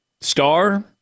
star